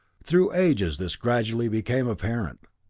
through ages this gradually became apparent.